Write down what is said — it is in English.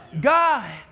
God